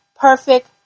perfect